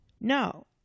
no